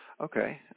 Okay